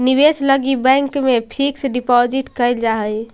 निवेश लगी बैंक में फिक्स डिपाजिट कैल जा हई